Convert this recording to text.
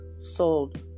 sold